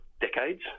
decades